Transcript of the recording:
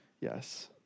Yes